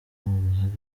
uruhare